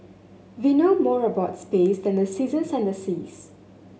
we know more about space than the seasons and the seas